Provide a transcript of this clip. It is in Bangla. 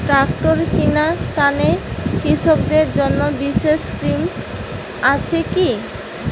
ট্রাক্টর কিনার তানে কৃষকদের জন্য বিশেষ স্কিম আছি কি?